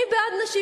אני בעד נשים,